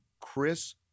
Chris